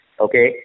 okay